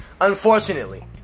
Unfortunately